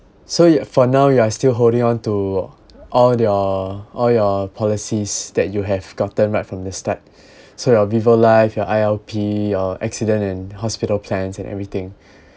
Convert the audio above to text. so for now you are still holding on to all your all your policies that you have gotten right from the start so your vivo life your I_L_P or accident and hospital plans and everything